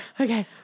Okay